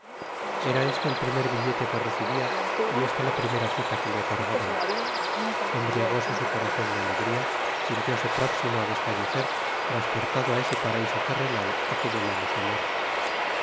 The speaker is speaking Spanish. era este el primer billete que recibia y esta la primera cita que le otorgaban embriagóse su corazon de alegria sintióse próximo á desfallecer transportado á ese paraiso terrenal á que llamamos amor